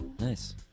Nice